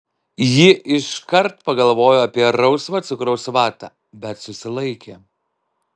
ji iškart pagalvojo apie rausvą cukraus vatą bet susilaikė